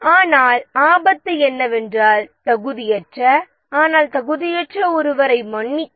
ஆனால் ஆபத்து என்னவென்றால் தகுதியற்ற ஆனால் தகுதியற்ற ஒருவரை மன்னிக்கவும்